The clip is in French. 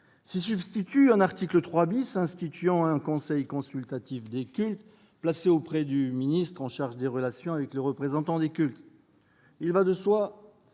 S'y substitue un article 3 instituant un conseil consultatif des cultes, placé auprès du ministre en charge des relations avec les représentants des cultes. Il va de soi